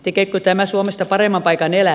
tekeekö tämä suomesta paremman paikan elää